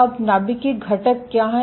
अब नाभिक के घटक क्या हैं